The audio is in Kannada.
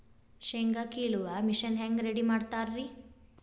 ಶೇಂಗಾ ಕೇಳುವ ಮಿಷನ್ ಹೆಂಗ್ ರೆಡಿ ಮಾಡತಾರ ರಿ?